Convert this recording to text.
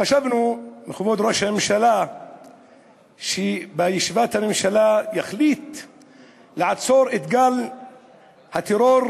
חשבנו שכבוד ראש הממשלה יחליט בישיבת הממשלה לעצור את גל הטרור,